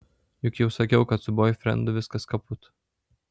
juk jau sakiau kad su boifrendu viskas kaput